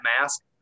mask